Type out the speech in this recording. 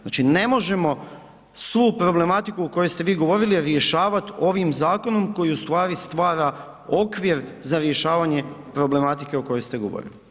Znači ne možemo svu problematiku o kojoj ste vi govorili rješavati ovim zakonom koji ustvari stara okvir za rješavanje problematike o kojoj ste govorili.